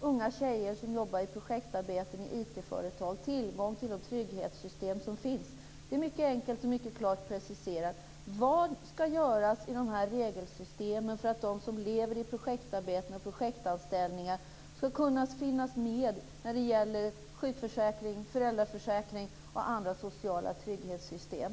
unga tjejer som jobbar i projektarbeten i IT företag tillgång till de trygghetssystem som finns. Det är mycket enkelt och mycket klart preciserat. Vad skall göras i de här regelsystemen för att de som lever med projektarbeten och projektanställningar skall finnas med när det gäller sjukförsäkring, föräldraförsäkring och andra sociala trygghetssystem?